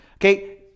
Okay